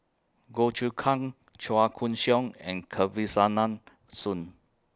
Goh Choon Kang Chua Koon Siong and Kesavan Soon